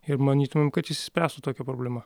ir manytumėm kad išsispręstų tokia problema